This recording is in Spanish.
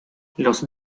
los